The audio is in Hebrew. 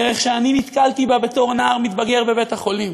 דרך שאני נתקלתי בה בתור נער מתבגר בבית-החולים: